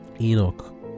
Enoch